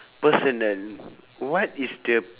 personal what is the